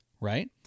right